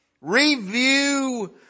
review